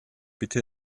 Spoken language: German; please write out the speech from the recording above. bitte